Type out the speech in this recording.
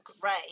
great